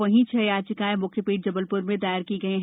वहीं छह याचिकाएं म्ख्य पीठ जबलप्र में दायर की गई थी